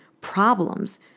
problems